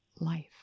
life